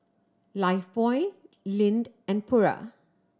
Lifebuoy Lindt and Pura